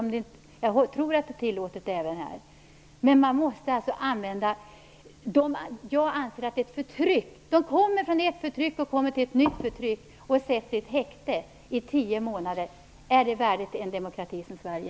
Jag tror att det är tillåtet även här. Jag anser att det är ett förtryck. De kommer från ett förtryck till ett nytt förtryck och sätts i häkte i tio månader. Är det värdigt en demokrati som Sverige?